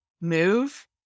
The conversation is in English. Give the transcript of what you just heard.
move